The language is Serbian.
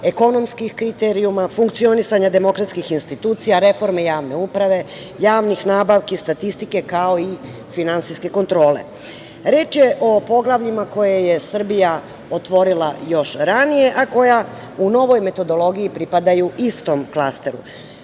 ekonomskih kriterijuma, funkcionisanja demokratskih institucija, reforme javne uprave, javnih nabavki, statistike, kao i finansijske kontrole. Reč je o poglavljima koje je Srbija otvorila još ranije, a koja u novoj metodologiji pripadaju istom klasteru.